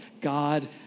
God